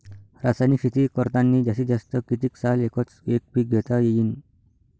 रासायनिक शेती करतांनी जास्तीत जास्त कितीक साल एकच एक पीक घेता येईन?